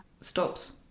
stops